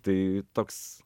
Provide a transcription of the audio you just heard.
tai toks